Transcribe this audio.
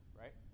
right